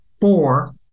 Four